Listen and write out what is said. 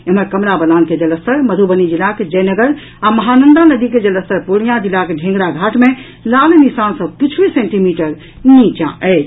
एम्हर कमला बलान के जलस्तर मधुबनी जिलाक जय नगर आ महानंदा नदी के जलस्तर पूर्णियां जिलाक ढ़ेंगरा घाट मे लाल निशान सँ किछुए सेंटीमीटर नीचा अछि